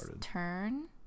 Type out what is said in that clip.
turn